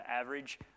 average